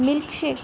milkshake